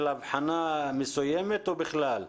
את מדברת על הגדרה ספציפית של הבחנה מסוימת או בכלל?